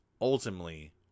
ultimately